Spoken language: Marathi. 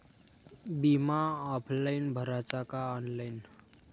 बिमा ऑफलाईन भराचा का ऑनलाईन?